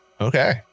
okay